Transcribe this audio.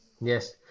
Yes